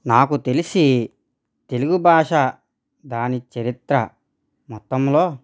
నాకు తెలిసి తెలుగు భాష దాని చరిత్ర మొత్తంలో